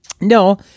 No